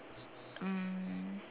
um